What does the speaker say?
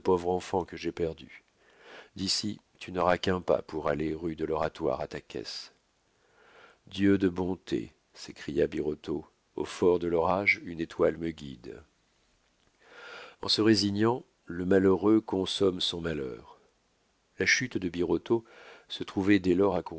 enfant que j'ai perdu d'ici tu n'auras qu'un pas pour aller rue de l'oratoire à ta caisse dieu de bonté s'écria birotteau au fort de l'orage une étoile me guide en se résignant le malheureux consomme son malheur la chute de birotteau se trouvait dès lors